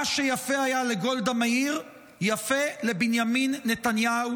מה שיפה היה לגולדה מאיר יפה לבנימין נתניהו,